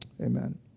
Amen